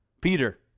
Peter